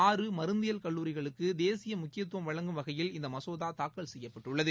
ஆறு மருந்தியல் கல்லூரிகளுக்கு தேசிய முக்கியத்துவம் வழங்கும் வகையில் இந்த மசோதா தாக்கல் செய்யப்பட்டுள்ளது